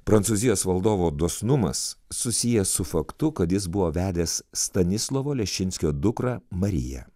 prancūzijos valdovo dosnumas susijęs su faktu kad jis buvo vedęs stanislovo leščinskio dukrą mariją